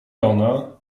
ona